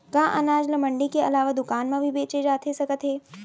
का अनाज ल मंडी के अलावा दुकान म भी बेचे जाथे सकत हे?